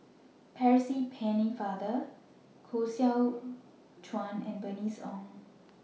Percy Pennefather Koh Seow Chuan and Bernice Ong